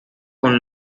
con